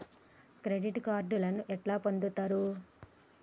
Credit కార్డులను ఎట్లా పొందుతరు?